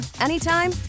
anytime